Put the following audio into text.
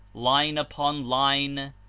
line upon line,